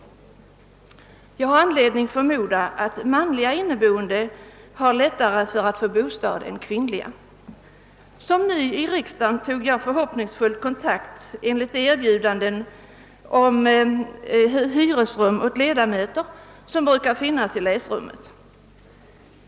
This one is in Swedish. Jag har anledning förmoda att manliga inneboende kan ha mindre svårig heter att finna bostad än kvinnliga. När jag var ny i riksdagen tog jag själv kontakt med rumsuthyrare enligt de erbjudanden om hyresrum åt ledamöter, som brukar finnas i vårt läsrum.